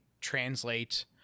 translate